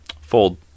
fold